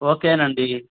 okay అండి